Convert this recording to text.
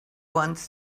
wants